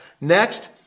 Next